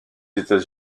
états